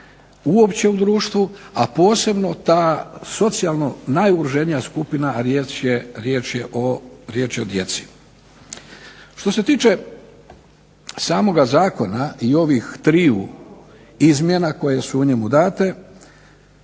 uopće u društvu, a posebno ta socijalno najugroženija skupina, a riječ je o djeci. Što se tiče samoga zakona i ovih triju izmjena koje su u njemu date